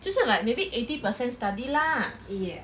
就是 like maybe eighty percent study lah